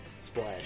Splash